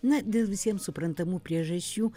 na dėl visiems suprantamų priežasčių